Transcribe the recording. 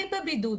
אני בבידוד,